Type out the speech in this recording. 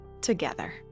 together